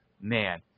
man